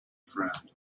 friend